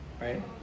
right